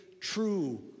true